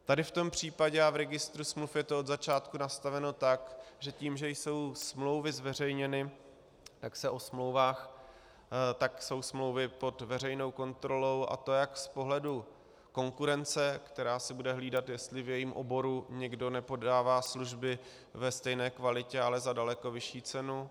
Tady v tom případě, a v Registru smluv je to od začátku nastaveno tak, že tím, že jsou smlouvy zveřejněny, tak jsou smlouvy pod veřejnou kontrolou, a to jak z pohledu konkurence, která si bude hlídat, jestli v jejím oboru někdo nepodává služby ve stejné kvalitě, ale za daleko vyšší cenu;